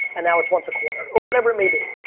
and now it's once a quarter, or whatever it might be,